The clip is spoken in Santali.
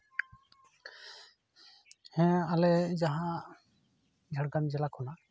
ᱦᱮᱸ ᱟᱞᱮ ᱡᱟᱦᱟᱸ ᱡᱮᱞᱟ ᱠᱷᱚᱱᱟᱜ